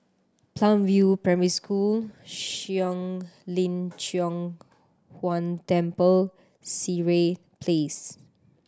Palm View Primary School Shuang Lin Cheng Huang Temple Sireh Place